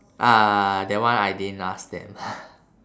uh that one I didn't ask them